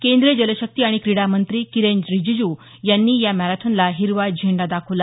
केंद्रीय जलशक्ती आणि क्रीडा मंत्री किरेन रिजिजू यांनी या मॅरेथॉनला हिरवा झेंडा दाखवला